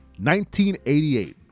1988